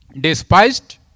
despised